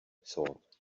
thought